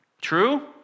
True